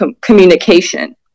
communication